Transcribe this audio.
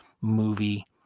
movie